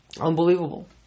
Unbelievable